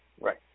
Right